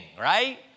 right